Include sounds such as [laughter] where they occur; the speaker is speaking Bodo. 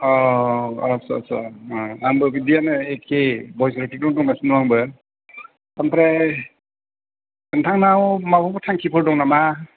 औ औ आदसा आंबो बिदिआनो एखे [unintelligible] दंगासिनो दं आंबो ओमफ्राय नोंथांनाव माबाफोर थांखिफोर दं नामा